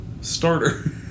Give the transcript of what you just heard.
Starter